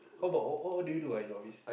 how about what what what do you do ah in your office